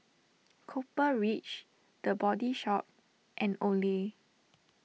Copper Ridge the Body Shop and Olay